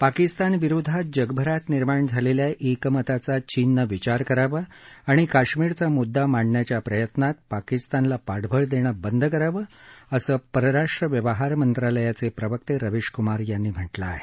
पाकिस्तानविरोधात जगभरात निर्माण झालेल्या एकमताचा चीननं विचार करावा आणि काश्मीरचा मुददा मांडण्याच्या प्रयत्नात पाकिस्तानाला पाठबळ देणं बंद करावं असं परराष्ट्र व्यवहार मंत्रालयाचे प्रवक्ते रवीश क्मार यांनी म्हटलं आहे